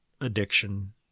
addiction